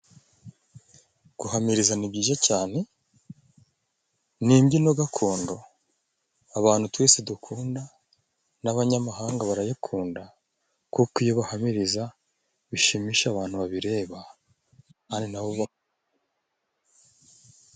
Guhamiriza ni byiza cyane. Ni imbyino gakondo abantu twese dukunda n'abanyamahanga barayikunda kuko iyo bahamiriza bishimisha abantu babireba ari nabo ubona.